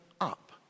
up